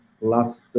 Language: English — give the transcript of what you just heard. last